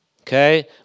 Okay